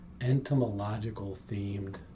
entomological-themed